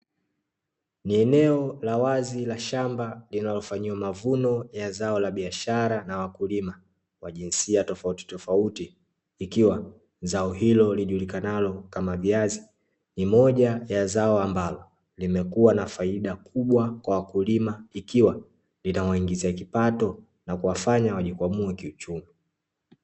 Ni eneo la wazi la shamba linalofanyiwa mavuno ya zao la biashara na wakulima wa jinsia tofautitofauti, ikiwa zao hilo lijulikanalo kama viazi, ni moja ya zao ambalo limekua na faida kubwa kwa wakulima, ikiwa linawaingizia kipato na kuwafanya wajikwamue kiuchumi.